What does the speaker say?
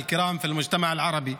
(אומר דברים בשפה הערבית,